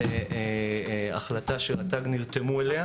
זו החלטה שרט"ג נרתמה אליה,